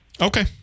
Okay